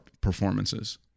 performances